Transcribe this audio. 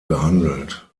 behandelt